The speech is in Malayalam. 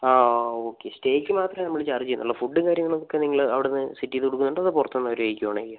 ആ ഓക്കേ സ്റ്റേയ്ക്ക് മാത്രമെ നമ്മൾ ചാർജ് ചെയ്യുന്നുള്ളൂ ഫുഡ് കാര്യങ്ങളൊക്കേ നിങ്ങൾ അവിടെന്ന് സെറ്റ് ചെയ്ത് കൊടുക്കുന്നുണ്ടോ അതോ പുറത്തുന്ന് അവർ കഴിക്കാണോ ചെയുക